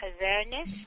awareness